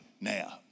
now